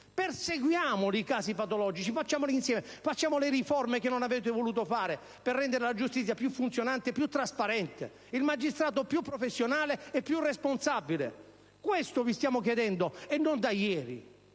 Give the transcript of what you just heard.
perseguiamoli e facciamolo insieme! Facciamo le riforme che non avete voluto fare per rendere la giustizia più funzionante e più trasparente e il magistrato più professionale e più responsabile. Questo vi stiamo chiedendo, e non da ieri.